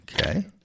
Okay